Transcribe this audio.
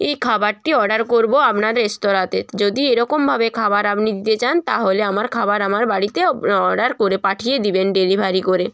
এই খাবারটি অর্ডার করব আপনার রেস্তোরাঁতে যদি এরকমভাবে খাবার আপনি দিতে চান তাহলে আমার খাবার আমার বাড়িতে অ অর্ডার করে পাঠিয়ে দেবেন ডেলিভারি করে